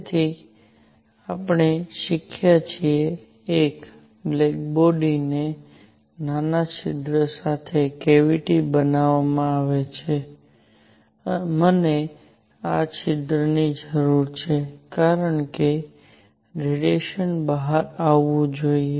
તેથી આપણે શીખ્યા છીએ 1 બ્લેક બોડીને નાના છિદ્ર સાથે કેવીટી બનાવવામાં આવે છે મને આ છિદ્રની જરૂર છે કારણ કે રેડિયેશન બહાર આવવું જોઈએ